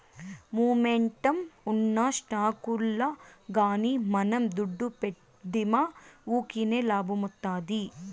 momentum ఉన్న స్టాకుల్ల గానీ మనం దుడ్డు పెడ్తిమా వూకినే లాబ్మొస్తాది